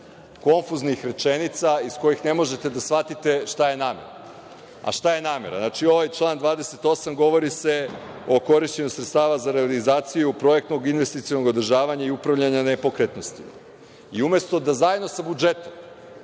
konfuznih rečenica iz kojih ne možete da shvatite šta je namera. Šta je namera? Ovaj član 28. govori o korišćenju sredstava za realizaciju projektnog investicionog održavanja i upravljanja nepokretnostima. Umesto da zajedno sa budžetom,